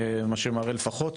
מה שמראה לפחות